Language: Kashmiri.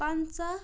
پَنژاہ